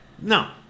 No